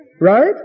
Right